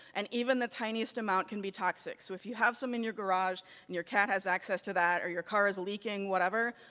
and even the tiniest amount can be toxic, so if you have some in your garage and your cat has access to that or your car is leaking, whatever,